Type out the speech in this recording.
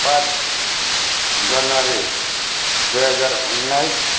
पाँच जनवरी दुई हजार उन्नाइस